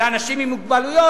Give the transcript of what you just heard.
לאנשים עם מוגבלות,